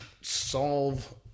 solve